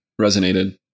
resonated